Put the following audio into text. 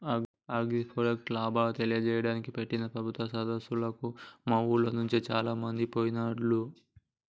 agroforest లాభాలను తెలియజేయడానికి పెట్టిన ప్రభుత్వం సదస్సులకు మా ఉర్లోనుండి చాలామంది పోయిండ్లు